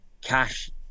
cash